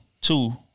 Two